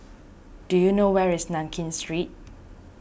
do you know where is Nankin Street